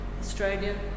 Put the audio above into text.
Australia